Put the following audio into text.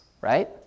right